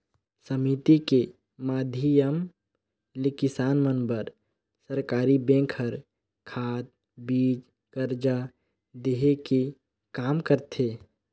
समिति के माधियम ले किसान मन बर सरकरी बेंक हर खाद, बीज, करजा देहे के काम करथे